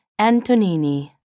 Antonini